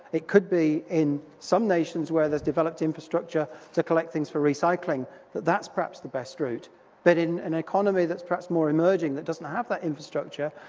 it could be in some nations where there's developed infrastructure to collect things for recycling and that's perhaps the best route but in an economy that's perhaps more emerging, that doesn't have that infrastructure,